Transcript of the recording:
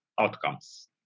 outcomes